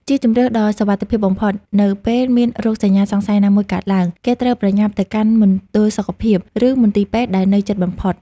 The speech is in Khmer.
ជាជម្រើសដ៏សុវត្ថិភាពបំផុត នៅពេលមានរោគសញ្ញាសង្ស័យណាមួយកើតឡើង គេត្រូវប្រញាប់ទៅកាន់មណ្ឌលសុខភាព ឬមន្ទីរពេទ្យដែលនៅជិតបំផុត។